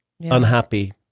unhappy